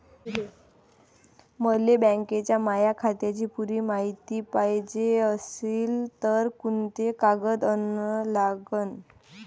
मले बँकेच्या माया खात्याची पुरी मायती पायजे अशील तर कुंते कागद अन लागन?